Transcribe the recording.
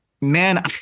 man